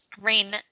rain